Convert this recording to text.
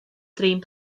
drin